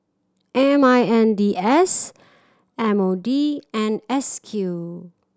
M I N D S M O D and S Q